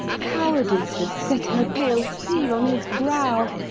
cowardice has set her pale seal on his brow.